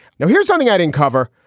now, here's something i didn't cover,